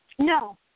No